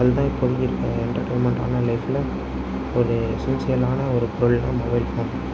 அதுதான் இப்போதைக்கு இருக்கற என்டர்டைன்மென்ட் ஆனால் லைஃப்பில் ஒரு எசென்ஸியலான ஒரு பொருள்னால் மொபைல் ஃபோன்